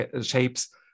shapes